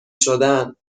شدن